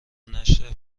نشر